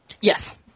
Yes